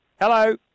Hello